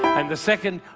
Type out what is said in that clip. and the second,